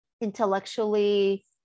intellectually